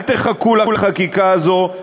אל תחכו לחקיקה הזאת,